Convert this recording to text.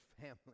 family